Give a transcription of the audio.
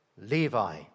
Levi